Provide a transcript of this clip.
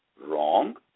wrong